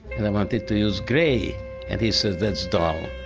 and i wanted to use gray and he said, that's dull,